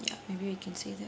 ya maybe we can say that